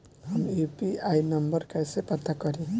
हम UPI number कइसे पता करी?